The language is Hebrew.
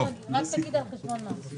ההצבעה על הסעיף הזה ייקבע כנראה בשבוע הבא,